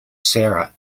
sarah